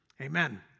Amen